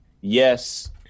yes